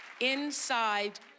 Inside